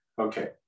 Okay